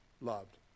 Loved